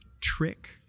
Trick